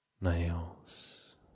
Nails